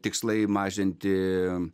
tikslai mažinti